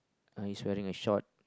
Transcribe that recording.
he is wearing a short